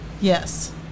Yes